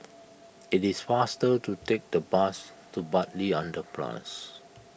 it is faster to take the bus to Bartley Underpass